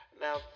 Now